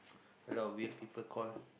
a lot of weird people call